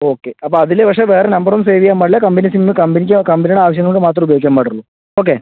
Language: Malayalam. ഓക്കെ അപ്പോൾ അതിൽ പക്ഷെ വേറെ നമ്പർ ഒന്നും സേവ് ചെയ്യാൻ പാടില്ല കമ്പനി സിമ്മിൽ നിന്ന് കമ്പനിക്ക് കമ്പനിയുടെ ആവശ്യങ്ങൾക്ക് മാത്രമേ ഉപയോഗിക്കാൻ പാടുള്ളൂ ഓക്കെ